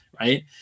right